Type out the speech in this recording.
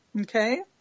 Okay